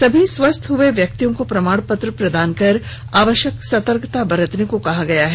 सभी स्वस्थ्य हुए व्यक्तियों को प्रमाण पत्र प्रदान कर आवश्यक सतर्कता बरतने को कहा गया है